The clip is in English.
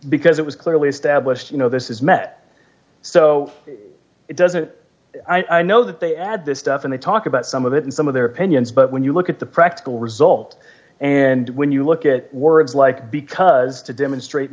because it was clearly established you know this is met so d it doesn't i know that they add this stuff and they talk about some of it in some of their opinions but when you look at the practical result and when you look at words like because to demonstrate